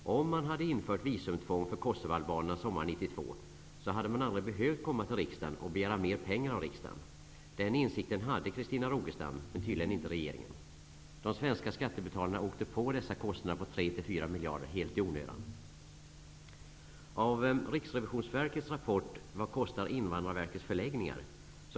Om man hade infört visumtvång för kosovoalbanerna sommaren 1992, hade man aldrig behövt komma till riksdagen och begära mer pengar av riksdagen. Den insikten hade Christina Rogestam, men tydligen inte regeringen. De svenska skattebetalarna åkte på dessa kostnader på 3--4 miljarder helt i onödan. Invandrarverkets förläggningar?''